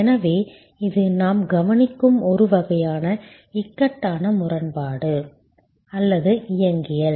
எனவே இது நாம் கவனிக்கும் ஒரு வகையான இக்கட்டான முரண்பாடு அல்லது இயங்கியல்